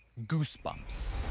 goosebumps.